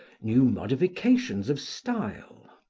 new modifications of style.